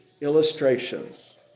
illustrations